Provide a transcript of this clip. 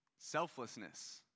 selflessness